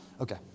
Okay